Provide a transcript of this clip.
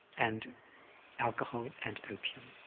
and alcohol, and opium.